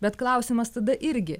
bet klausimas tada irgi